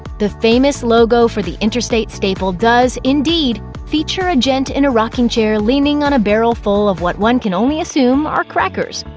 the famous logo for the interstate staple does, indeed, feature a gent in a rocking chair leaning on a barrel full of what one can only assume are crackers,